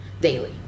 daily